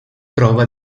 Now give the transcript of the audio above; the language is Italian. prova